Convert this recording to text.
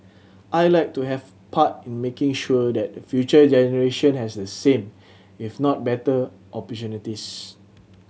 I'd like to have part in making sure that the future generation has the same if not better opportunities